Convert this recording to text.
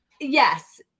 Yes